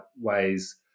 ways